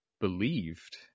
believed